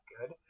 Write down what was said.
good